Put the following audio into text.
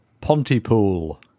Pontypool